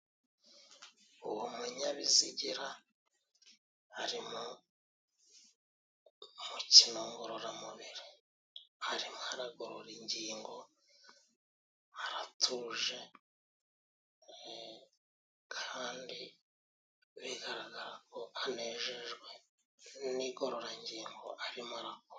Uwo munyabizigira ari mukino ngororamubiri, arimo aragorora ingingo aratuje, kandi bigaragara ko anejejwe n'igororangingo arimo gukora.